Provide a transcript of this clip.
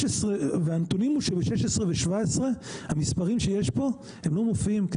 והנתונים הם שב-2016 וב-2017 המספרים שיש פה הם לא מופיעים כי